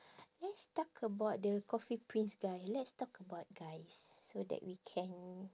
let's talk about the coffee prince guy let's talk about guys so that we can